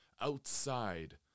outside